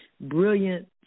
brilliant